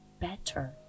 better